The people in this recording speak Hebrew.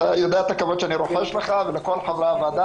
אתה יודע את הכבוד שאני רוכש לך ולכל חברי הוועדה